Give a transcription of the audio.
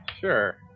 Sure